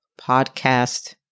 podcast